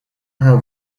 how